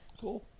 cool